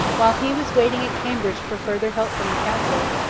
while he was waiting at cambridge for further help from the council,